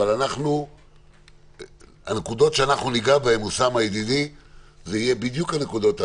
אוסאמה ידידי, אנחנו ניגע בדיוק בנקודות הללו: